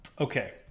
Okay